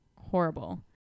horrible